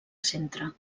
centre